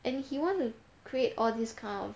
and he want to create all these kind of